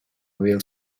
view